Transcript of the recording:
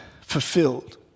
fulfilled